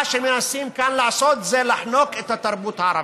מה שמנסים לעשות כאן זה לחנוק את התרבות הערבית,